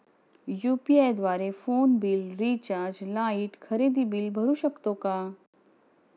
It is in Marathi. यु.पी.आय द्वारे फोन बिल, रिचार्ज, लाइट, खरेदी बिल भरू शकतो का?